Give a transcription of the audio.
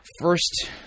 first